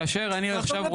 כאשר אני עכשיו,